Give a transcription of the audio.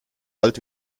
alt